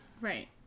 right